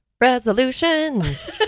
resolutions